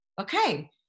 okay